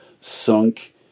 sunk